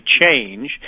change